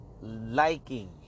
liking